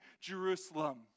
Jerusalem